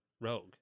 rogue